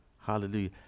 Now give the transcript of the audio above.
Hallelujah